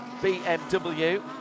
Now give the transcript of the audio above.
BMW